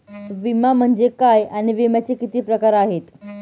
विमा म्हणजे काय आणि विम्याचे किती प्रकार आहेत?